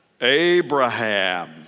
Abraham